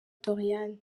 doriane